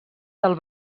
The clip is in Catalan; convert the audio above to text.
del